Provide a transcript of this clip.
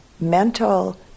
mental